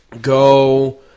go